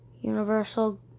universal